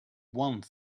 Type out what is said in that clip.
one